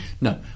No